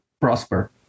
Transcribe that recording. prosper